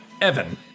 evan